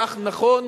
כך נכון,